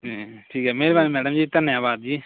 ਅਤੇ ਠੀਕ ਹੈ ਮਿਹਰਬਾਨੀ ਮੈਡਮ ਜੀ ਧੰਨਵਾਦ ਜੀ